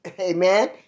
Amen